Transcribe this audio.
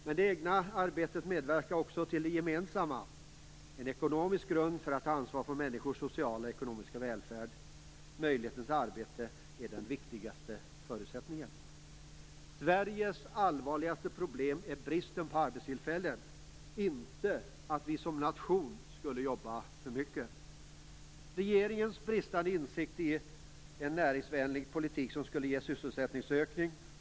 Men det egna arbetet medverkar också till det gemensamma och utgör en ekonomisk grund för att ta ansvar för människors sociala och ekonomiska välfärd. Möjligheten till arbete är den viktigaste förutsättningen. Sveriges allvarligaste problem är bristen på arbetstillfällen - inte att vi som nation skulle jobba för mycket. Regeringen har bristande insikter i att det är en näringsvänlig politik som skulle ge sysselsättningsökning.